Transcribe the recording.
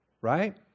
Right